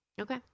Okay